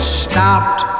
stopped